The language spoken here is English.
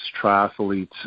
triathletes